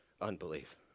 unbelief